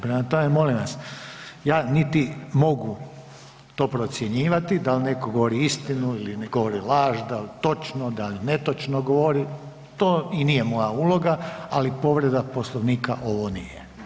Prema tome, molim vas ja niti mogu to procjenjivati da li netko govori istinu ili ne govori laž, dal točno, dal netočno govori to i nije moja uloga, ali povreda Poslovnika ovo nije.